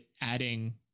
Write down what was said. adding